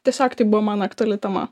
tiesiog tai buvo man aktuali tema